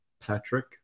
Patrick